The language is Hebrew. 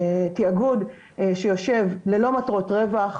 תאגוד שיושב ללא מטרות רווח,